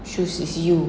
shoes is you